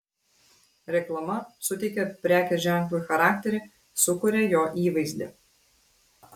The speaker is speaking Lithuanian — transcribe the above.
reklama suteikia prekės ženklui charakterį sukuria jo įvaizdį